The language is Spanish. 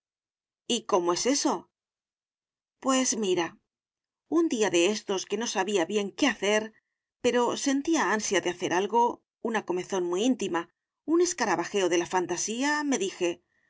y cómo es eso pues mira un día de éstos que no sabía bien qué hacer pero sentía ansia de hacer algo una comezón muy íntima un escarabajeo de la fantasía me dije voy